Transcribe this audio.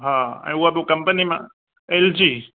हा ऐं उहा बि कम्पनी मां एल जी